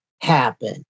happen